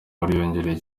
wariyongereye